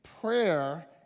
prayer